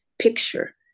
picture